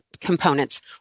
components